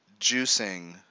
juicing